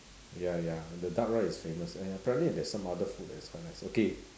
ya ya the duck rice is famous and apparently there is some other food that is quite nice okay